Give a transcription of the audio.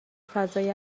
فضای